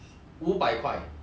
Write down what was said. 你会拿来做什么